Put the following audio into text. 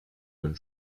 bonne